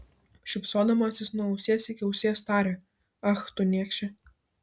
šypsodamasis nuo ausies iki ausies tarė ach tu niekše